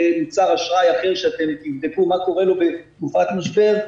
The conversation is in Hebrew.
כל מוצר אשראי אחר שאתם תבדקו מה קורה לו בתקופת משבר,